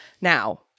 Now